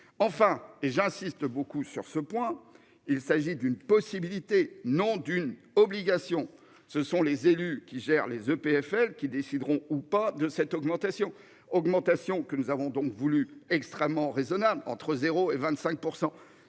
Enfin, et j'insiste beaucoup sur ce point, il s'agit d'une possibilité non d'une obligation, ce sont les élus qui gèrent les EPFL qui décideront, ou pas, de cette augmentation augmentation que nous avons donc voulu extrêmement raisonnables, entre 0 et 25%.